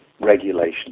regulation